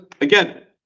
again